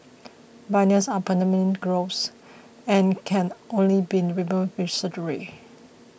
bunions are permanent growths and can only be removed with surgery